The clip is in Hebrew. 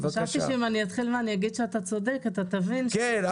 אתחיל ואגיד שאתה צודק אתה תבין ש- -- כן.